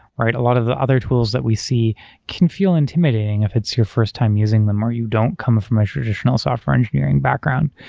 a lot of the other tools that we see can feel intimidating if it's your first time using them or you don't come from a traditional software engineering background.